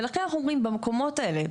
ולכן אנחנו אומרים במקומות האלה,